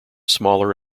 smaller